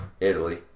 Italy